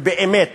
ובאמת,